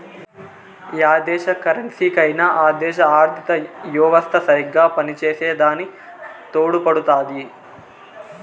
yeah దేశ కరెన్సీకైనా ఆ దేశ ఆర్థిత యెవస్త సరిగ్గా పనిచేసే దాని తోడుపడుతాది